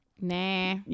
Nah